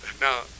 Now